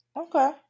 Okay